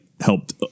helped